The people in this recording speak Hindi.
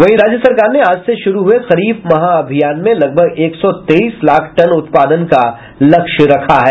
वहीं राज्य सरकार ने आज से शुरू हुए खरीफ महाअभियान में लगभग एक सौ तेईस लाख टन उत्पादन का लक्ष्य रखा है